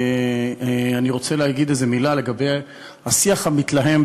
אני רוצה להגיד איזה מילה לגבי השיח המתלהם,